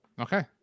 Okay